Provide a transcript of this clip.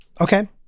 Okay